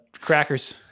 crackers